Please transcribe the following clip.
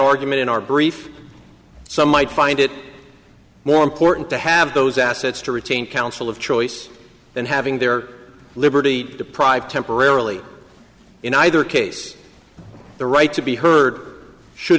argument in our brief some might find it more important to have those assets to retain counsel of choice than having their liberty deprived temporarily in either case the right to be heard should